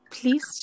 please